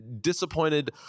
Disappointed